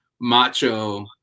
macho